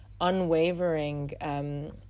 unwavering